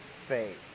faith